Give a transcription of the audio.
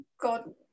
God